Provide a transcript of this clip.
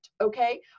okay